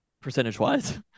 Percentage-wise